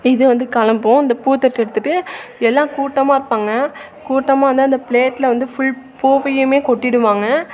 இது வந்து களம்பும் அந்த பூ தட்டை எடுத்துட்டு எல்லாம் கூட்டமாக இருப்பாங்க கூட்டமாக வந்து அந்த ப்ளேட்டில் வந்து ஃபுல் பூவையும் கொட்டிடுவாங்க